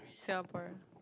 Singaporean